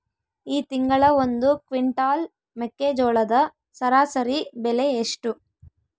ಈ ತಿಂಗಳ ಒಂದು ಕ್ವಿಂಟಾಲ್ ಮೆಕ್ಕೆಜೋಳದ ಸರಾಸರಿ ಬೆಲೆ ಎಷ್ಟು?